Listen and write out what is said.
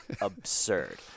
absurd